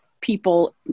people